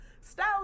style